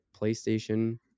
PlayStation